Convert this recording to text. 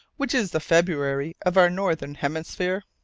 which is the february of our northern hemisphere?